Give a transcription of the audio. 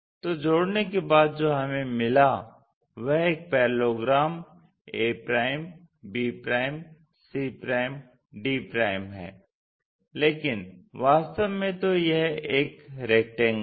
तो जोड़ने के बाद जो हमें मिला वह एक parallelogram a b c d है लेकिन वास्तव में तो यह एक रेक्टेंगल है